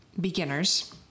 beginners